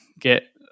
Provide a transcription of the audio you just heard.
get